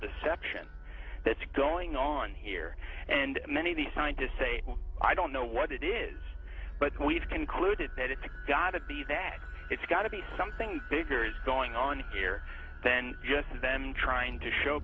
deception that's going on here and many of these scientists say i don't know what it is but we've concluded that it's gotta be that it's got to be something bigger is going on here then us and them trying to show